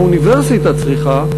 האוניברסיטה צריכה,